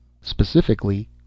Specifically